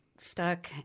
Stuck